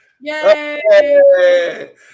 Yay